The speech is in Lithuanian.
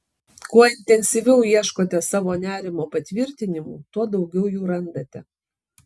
kuo intensyviau ieškote savo nerimo patvirtinimų tuo daugiau jų randate